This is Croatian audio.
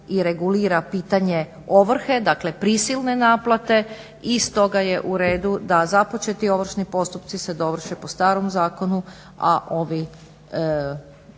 i regulira pitanje ovrhe, dakle prisilne naplate i stoga je u redu da započeti ovršni postupci se dovrše po starom zakonu, a ove